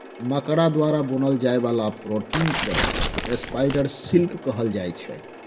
मकरा द्वारा बुनल जाइ बला प्रोटीन केँ स्पाइडर सिल्क कहल जाइ छै